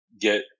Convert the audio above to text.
get